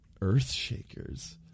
Earthshakers